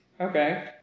Okay